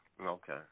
Okay